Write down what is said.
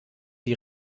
die